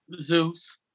Zeus